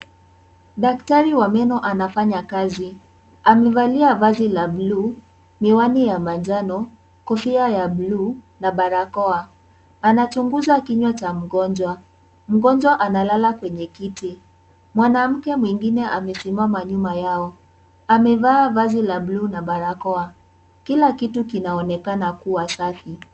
Daktari wa meno anafanya kazi. Amevalia vazi la bluu, miwani ya manjano, kofia ya bluu, na barakoa. Anachunguza kinywa cha mgonjwa. Mgonjwa analala kwenye kiti. Mwanamke mwingine amesimama nyuma yao. Amevaa vazi la bluu na barakoa. Kila kitu kinaonekana kuwa safi.